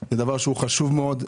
זה דבר שהוא חשוב מאוד.